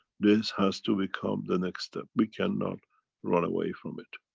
this has to become the next step, we cannot run away from it.